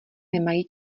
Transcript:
nemají